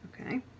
okay